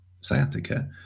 sciatica